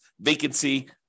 vacancy